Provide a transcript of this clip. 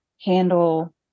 handle